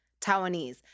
Taiwanese